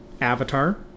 Avatar